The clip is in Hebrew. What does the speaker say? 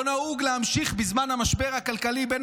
לא נהוג להמשיך בזמן משבר כלכלי מן